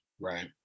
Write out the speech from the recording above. Right